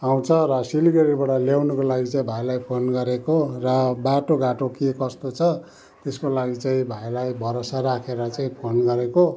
आउँछ र सिलगडीबाट ल्याउनको लागि चाहिँ भाइलाई फोन गरेको र बाटो घाटो के कस्तो छ यसको लागि चाहिँ भाइलाई भरोसा राखेर चाहिँ फोन गरेको